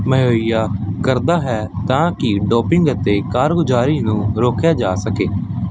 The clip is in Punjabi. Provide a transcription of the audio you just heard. ਮੁਹੱਈਆ ਕਰਦਾ ਹੈ ਤਾਂ ਕਿ ਡੋਪਿੰਗ ਅਤੇ ਕਾਰਗੁਜ਼ਾਰੀ ਨੂੰ ਰੋਕਿਆ ਜਾ ਸਕੇ